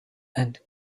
and